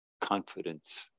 confidence